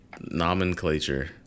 nomenclature